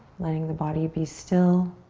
letting the body be still.